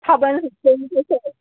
ꯊꯥꯕꯜ ꯆꯣꯡꯁꯤ ꯀꯩꯅꯣ